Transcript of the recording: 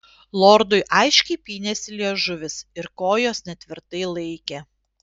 lordui aiškiai pynėsi liežuvis ir kojos netvirtai laikė